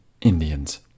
Indians